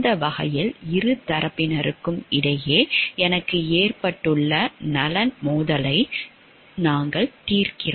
அந்த வகையில் இரு தரப்பினருக்கும் இடையே எனக்கு ஏற்பட்டுள்ள நலன் மோதலை நாங்கள் தீர்க்கிறோம்